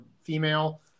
female